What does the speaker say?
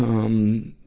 um,